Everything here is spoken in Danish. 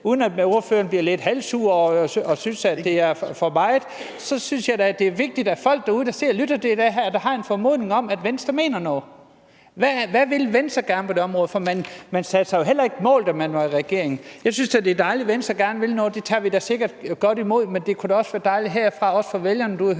uden at ordføreren bliver lidt halvsur og synes, at det er for meget. Jeg synes da, at det er vigtigt, at folk, der sidder derude og lytter til det her, har en fornemmelse af, at Venstre mener noget. Hvad vil Venstre gerne på det område? For man satte sig jo heller ikke mål, da man var i regering. Jeg synes da, det er dejligt, at Venstre gerne vil noget. Det tager vi da sikkert godt imod, men det kunne da også være dejligt at høre fra talerstolen, også for vælgerne derude,